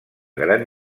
gran